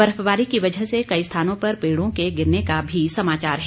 बर्फबारी की वजह से कई स्थानों पर पेड़ों के गिरने का भी समाचार है